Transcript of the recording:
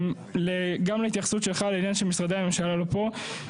גם להתייחסות שלך לעניין שמשרדי הממשלה לא פה,